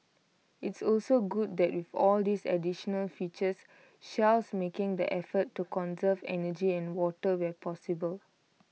it's also good that with all these additional features Shell's making the effort to conserve energy and water where possible